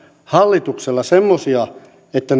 hallituksella semmoisia että